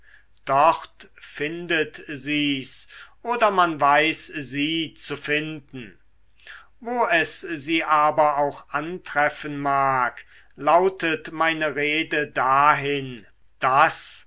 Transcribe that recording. dort findet sie's oder man weiß sie zu finden wo es sie aber auch antreffen mag lautet meine rede dahin daß